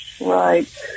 Right